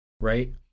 right